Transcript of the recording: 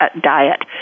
diet